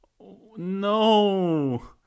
No